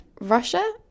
Russia